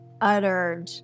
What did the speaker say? uttered